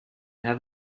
have